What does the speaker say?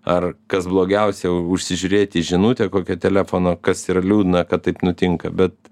ar kas blogiausia užsižiūrėti į žinutę kokią telefono kas yra liūdna kad taip nutinka bet